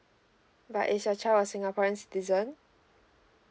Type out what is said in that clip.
but is your child a singaporeans citizen